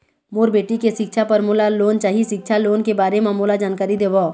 मोर बेटी के सिक्छा पर मोला लोन चाही सिक्छा लोन के बारे म मोला जानकारी देव?